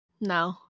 no